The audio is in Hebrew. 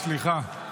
עמיחי אליהו, סליחה.